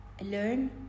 learn